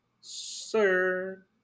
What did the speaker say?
Sir